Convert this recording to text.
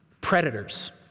Predators